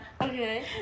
Okay